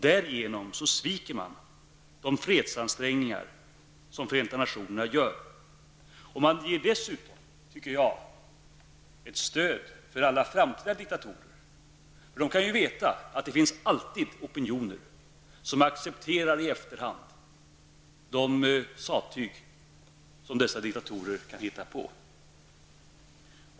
Därigenom sviker man FNs fredsansträngningar. Man ger dessutom ett stöd åt alla framtida diktatorer. De vet ju att det alltid finns opinioner som i efterhand accepterar allt sattyg som dessa diktatorer kan hitta på.